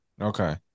Okay